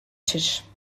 tisch